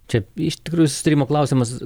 čia iš tikrųjų susitarimo klausimas